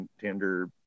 tender